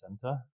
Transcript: center